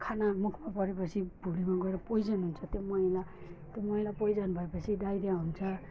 खाना मुखमा परे पछि भुँडीमा गएर पोइजन हुन्छ त्यो मैला त्यो मैला पोइजन भए पछि डाइरिया हुन्छ